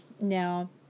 Now